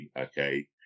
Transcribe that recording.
Okay